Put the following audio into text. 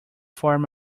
form